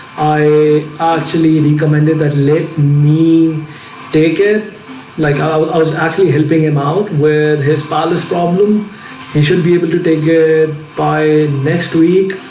i actually in he commented that let me take it like i was actually helping him out with his palace problem he should be able to take care by next week,